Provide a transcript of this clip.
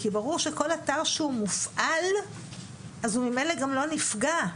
כי ברור שכל אתר שהוא מופעל הוא ממילא גם לא נפגע.